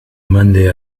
mande